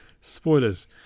Spoilers